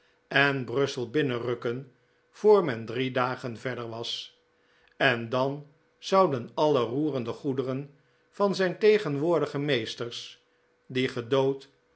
en brussel binnenrukken voor men drie dagen verder was en dan zouden alle rocrcnde goederen van zijn tegenwoordige meesters die gedood